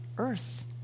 earth